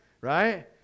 right